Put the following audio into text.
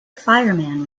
fireman